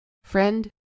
Friend